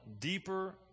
deeper